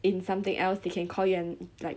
in something else they can call you and like